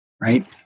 right